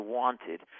wanted